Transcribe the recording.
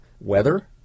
weather